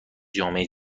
جامعه